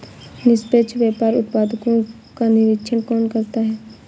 निष्पक्ष व्यापार उत्पादकों का निरीक्षण कौन करता है?